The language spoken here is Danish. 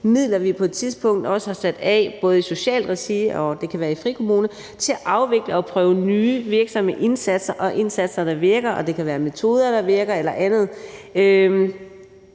midler, som vi på et tidspunkt har sat af både i socialt regi, og det kan være i frikommuner, til at afvikle og prøve nye virksomme indsatser, og at indsatserne virker, og det kan være i forhold til, at metoder virker, eller andet,